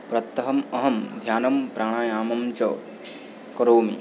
प्रातः अहं ध्यानं प्राणायामञ्च करोमि